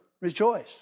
rejoice